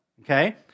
okay